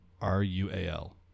R-U-A-L